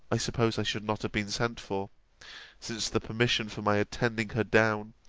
i suppose i should not have been sent for since the permission for my attending her down,